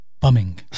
bumming